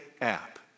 app